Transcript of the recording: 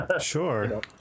Sure